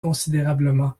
considérablement